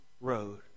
road